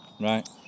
right